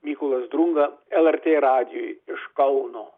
mykolas drunga lrt radijui iš kauno